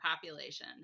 population